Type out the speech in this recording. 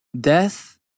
Death